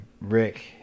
Rick